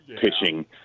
pitching